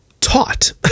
taught